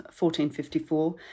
1454